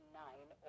nine